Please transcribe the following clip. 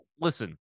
listen